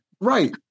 right